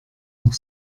noch